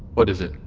what is it?